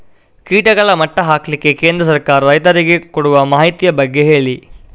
ಕೀಟಗಳ ಮಟ್ಟ ಹಾಕ್ಲಿಕ್ಕೆ ಕೇಂದ್ರ ಸರ್ಕಾರ ರೈತರಿಗೆ ಕೊಡುವ ಮಾಹಿತಿಯ ಬಗ್ಗೆ ಹೇಳಿ